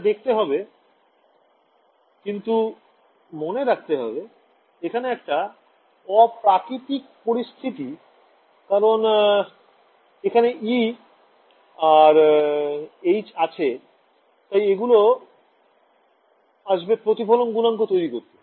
এটা দেখতে হবে কিন্তু মনে রাখতে হবে এখানে একটা অপ্রাকৃতিক পরিস্থিতি কারণ এখানে e আর h আছে তাই এগুলো আসবে প্রতিফলন গুনাঙ্ক তৈরি করতে